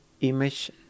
image